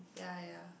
ya ya ya